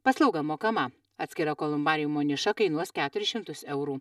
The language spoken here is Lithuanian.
paslauga mokama atskira kolumbariumo niša kainuos keturis šimtus eurų